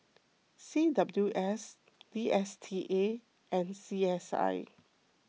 C W S D S T A and C S I